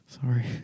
sorry